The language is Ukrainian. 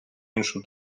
іншу